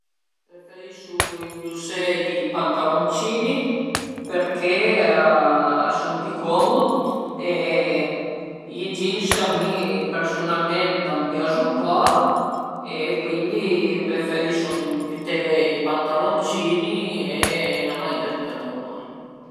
Preferisu indusé i pantaloncini perché a sun pi comud e i jeans a mi persunalment a m'piazu pa e cuindi preferisu büté i pantaloncini e 'na maiëtta nurmal